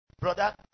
brother